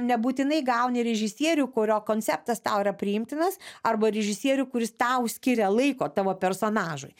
nebūtinai gauni režisierių kurio konceptas tau yra priimtinas arba režisierių kuris tau skiria laiko tavo personažui